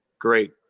Great